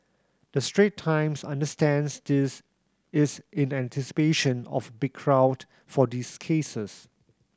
the Strait Times understands this is in anticipation of big crowd for these cases